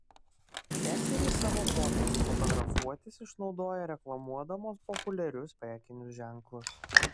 seserys savo pomėgį fotografuotis išnaudoja reklamuodamos populiarius prekinius ženklus